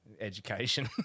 Education